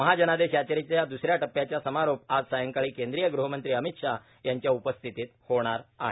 महाजनादेश यावेच्या द्रसऱ्या टप्प्याचा समारोप आज सायंकाळी केंद्रीय गृहमंत्री अमित शहा यांच्या उपस्थितीत होणार आहे